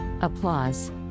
Applause